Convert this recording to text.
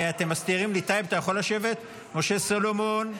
משה סולומון,